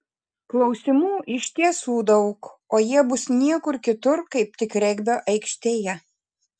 klausimų iš tiesų daug o jie bus niekur kitur kaip tik regbio aikštėje